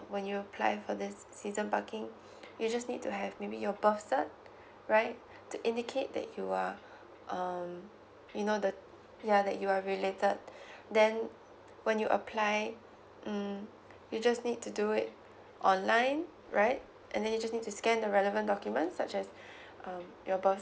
when you apply for this season parking you just need to have maybe your birth cert right to indicate that you are um you know the ya that you are related then when you apply mm you just need to do it online right and then you just need to scan the relevant documents such as um your birth